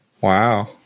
Wow